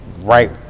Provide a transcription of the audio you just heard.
right